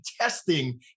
testing